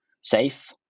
safe